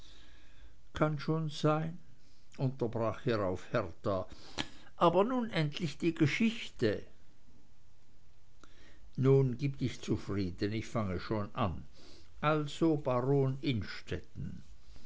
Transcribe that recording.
kann schon sein unterbrach hierauf hertha aber nun endlich die geschichte nun gib dich zufrieden ich fange schon an also baron